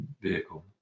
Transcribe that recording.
vehicle